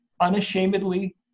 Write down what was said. unashamedly